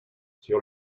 sur